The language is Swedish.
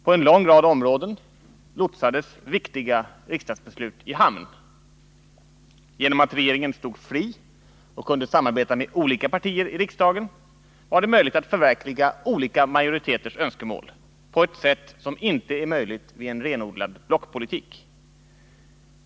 På en lång rad områden lotsades viktiga riksdagsbeslut i hamn. På grund av att regeringen stod fri och kunde samarbeta med olika partier i riksdagen var det möjligt att förverkliga olika majoriteters önskemål på ett sätt som inte är möjligt vid en renodlad blockpolitik.